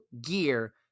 gear